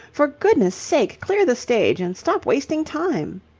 for goodness' sake, clear the stage and stop wasting time.